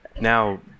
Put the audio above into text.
now